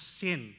sin